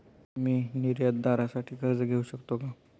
मी निर्यातदारासाठी कर्ज घेऊ शकतो का?